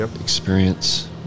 Experience